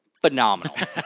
Phenomenal